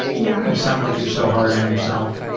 yeah sound like you're so hard on yourself.